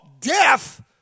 death